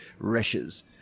Reshes